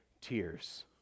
tears